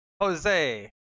Jose